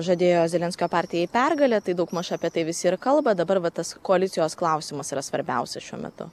žadėjo zelenskio partijai pergalę tai daugmaž apie tai visi ir kalba dabar va tas koalicijos klausimas yra svarbiausias šiuo metu